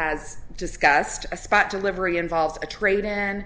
has discussed a spot delivery involves a trade and